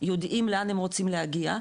יודעים לאן הם רוצים להגיע,